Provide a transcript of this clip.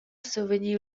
survegniu